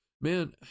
man